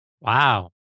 Wow